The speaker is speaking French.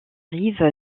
rive